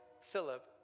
Philip